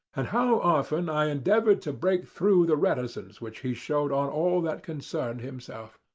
and how often i endeavoured to break through the reticence which he showed on all that concerned himself.